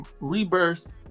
rebirth